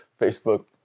Facebook